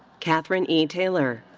kathryn e. taylor.